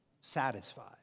satisfied